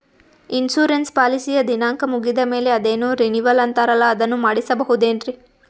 Insurance ಪಾಲಿಸಿಯ ದಿನಾಂಕ ಮುಗಿದ ಮೇಲೆ ಅದೇನೋ ರಿನೀವಲ್ ಅಂತಾರಲ್ಲ ಅದನ್ನು ಮಾಡಿಸಬಹುದೇನ್ರಿ?